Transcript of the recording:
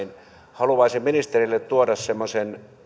haluaisin ministerille tuoda semmoisen